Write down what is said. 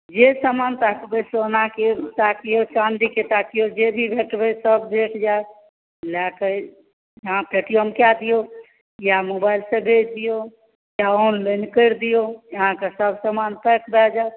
जे समान ताकबै सोनाके ताकिऔ चाँदीके ताकिऔ जे भी भेटबै सब भेट जायत लए अहाँ पेटीएम कए दिऔ या मोबाइल से भेज दिऔ या ऑनलाइन करि दिऔ अहाँकेँ सब समान पैक भए जायत